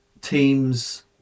teams